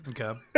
Okay